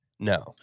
no